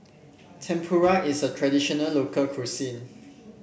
tempura is a traditional local cuisine